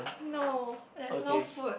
no there's no food